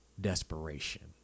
desperation